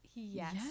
yes